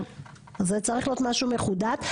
זה צריך להיות משהו מחודד.